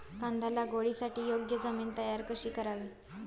कांदा लागवडीसाठी योग्य जमीन तयार कशी करावी?